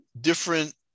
different